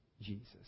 Jesus